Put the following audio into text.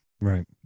Right